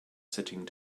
sitting